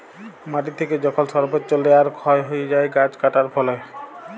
মাটি থেকে যখল সর্বচ্চ লেয়ার ক্ষয় হ্যয়ে যায় গাছ কাটার ফলে